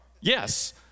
yes